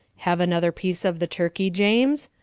have another piece of the turkey, james?